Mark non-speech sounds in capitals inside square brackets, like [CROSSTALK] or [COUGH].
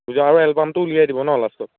[UNINTELLIGIBLE] আৰু এলবামটো উলিয়াই দিব ন লাষ্টত